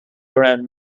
around